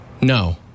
No